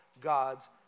God's